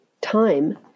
time